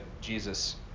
Jesus